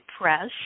press